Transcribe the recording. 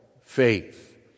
faith